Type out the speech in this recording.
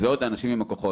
זה עוד האנשים עם הכוחות,